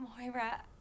Moira